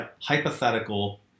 hypothetical